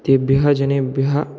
तेभ्यः जनेभ्यः